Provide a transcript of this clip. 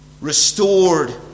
restored